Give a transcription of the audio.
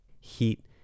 heat